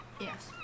Yes